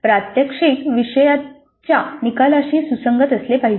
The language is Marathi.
प्रात्यक्षिक विषयाच्या निकालाशी सुसंगत असले पाहिजे